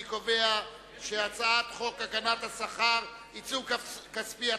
אני קובע שחוק הגנת השכר (עיצום כספי),